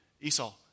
Esau